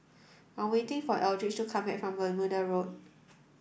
I am waiting for Eldridge to come back from Bermuda Road